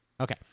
Okay